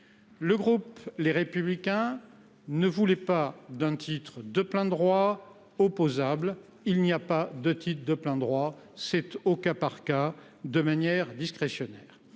Le groupe Les Républicains ne voulait pas d’un titre de plein droit opposable. Il n’y a pas de titre de plein droit, il s’agira d’une procédure discrétionnaire,